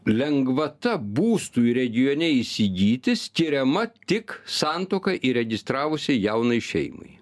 lengvata būstui regione įsigyti skiriama tik santuoką įregistravusiai jaunai šeimai